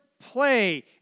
play